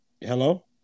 Hello